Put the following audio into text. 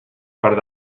part